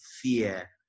fear